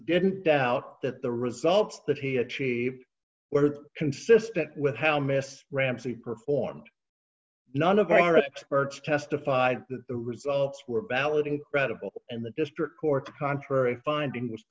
didn't doubt that the results that he achieved were consistent with how mr ramsey performed none of our experts testified that the results were balloting credible and the district court contrary finding was